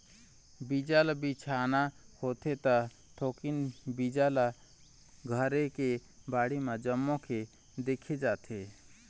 बीजा ल छिचना होथे त थोकिन बीजा ल घरे के बाड़ी म जमो के देखे जाथे